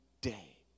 day